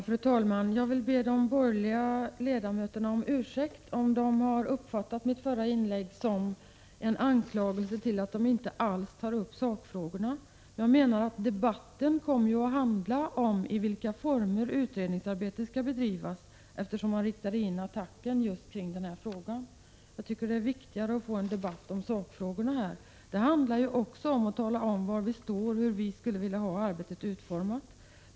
Fru talman! Jag vill be de borgerliga ledamöterna om ursäkt om de har uppfattat mitt förra inlägg som en anklagelse att de inte alls tar upp sakfrågorna. Jag menar att debatten kommer att handla om i vilken form utredningsarbetet skall bedrivas, eftersom man riktade attacken på just denna fråga. Jag tycker att det är viktigare att få en debatt om sakfrågorna. Det handlar också om att tala om var man står, hur man skulle vilja ha arbetet utformat.